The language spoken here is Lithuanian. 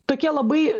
tokie labai